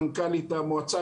מנכ"לית המועצה,